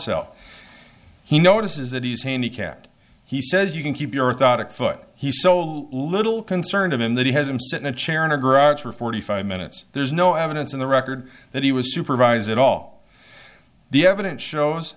cell he notices that he's handicapped he says you can keep your thought of thought he so little concerned of him that he has him sit in a chair in a garage for forty five minutes there's no evidence in the record that he was supervised at all the evidence shows